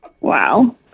Wow